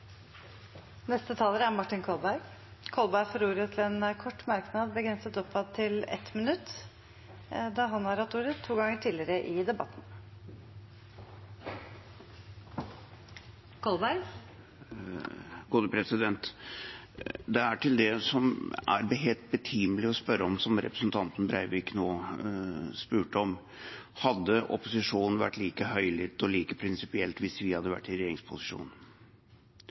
Martin Kolberg har hatt ordet to ganger tidligere og får ordet til en kort merknad, begrenset til 1 minutt. Det er til det som er det helt betimelige å spørre om, som representanten Breivik nå spurte om: Hadde opposisjonen vært like høylytt og like prinsipiell hvis vi hadde vært i regjeringsposisjon?